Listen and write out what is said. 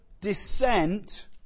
descent